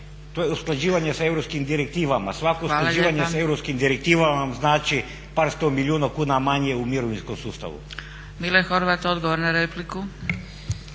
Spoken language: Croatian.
To je usklađivanje s europskim direktivama. Svako usklađivanje s europskim direktivama vam znači par sto milijuna kuna manje u mirovinskom sustavu. **Zgrebec, Dragica